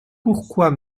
pourquoi